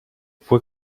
fue